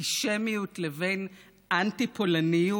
האנטישמיות לבין אנטי-פולניות.